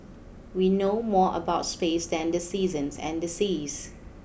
we know more about space than the seasons and the seas